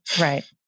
Right